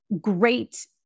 great